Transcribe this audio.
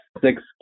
six